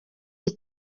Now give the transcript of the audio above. iyi